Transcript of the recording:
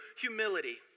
humility